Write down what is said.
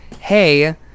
Hey